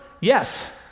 Yes